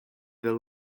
the